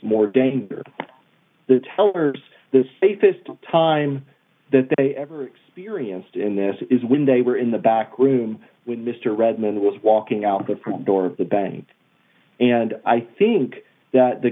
more danger the teller's the safest time that they ever experienced in this is when they were in the back room when mr redmond was walking out the front door of the bank and i think th